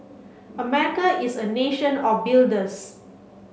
America is a nation of builders